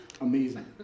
amazing